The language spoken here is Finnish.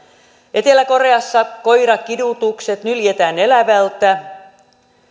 etelä koreassa koirakidutukset ne nyljetään elävältä